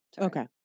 Okay